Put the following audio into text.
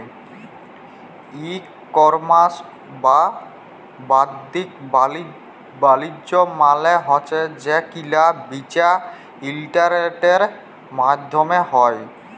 ই commerce বা বাদ্দিক বালিজ্য মালে হছে যে কিলা বিচা ইলটারলেটের মাইধ্যমে হ্যয়